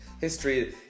history